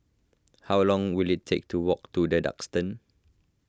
how long will it take to walk to the Duxton